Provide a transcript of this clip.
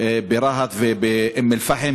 ברהט ובאום-אלפחם.